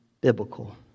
biblical